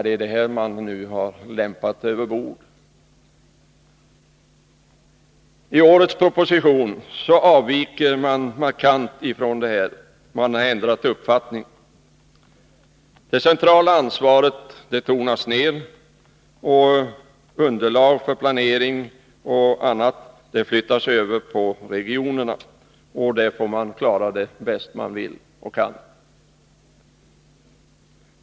Detta har man nu lämpat över bord, och i årets proposition avviker man markant från sin tidigare uppfattning. Det centrala ansvaret tonas ner, och framtagande av underlag för planering och annat flyttas över på regionerna, som får försöka klara den uppgiften bäst de vill och kan.